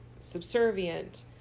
subservient